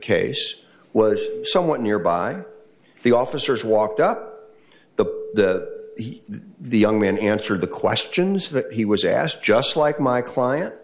case was someone nearby the officers walked up the the young man answered the questions he was asked just like my client